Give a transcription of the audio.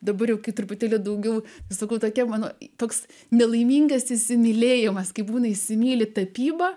dabar kai truputėlį daugiau sakau tokia mano toks nelaimingas įsimylėjimas kai būna įsimyli tapyba